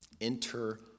Enter